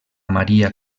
maria